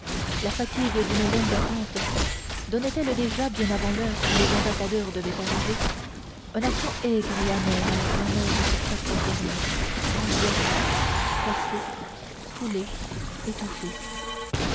la fatigue d'une longue attente donnaient elles déjà bien avant l'heure où les ambassadeurs devaient arriver un accent aigre et amer à la clameur de ce peuple enfermé emboîté pressé foulé étouffé